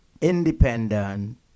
independent